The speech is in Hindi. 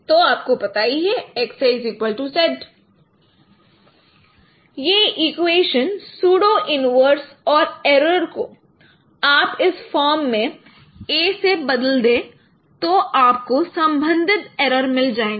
तो XAZ यह इक्वेशन सूडो इन्वर्स और इरर को आप इस फॉर्म में A से बदल दे तो आपको संबंधित इरर मिल जाएगा